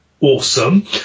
Awesome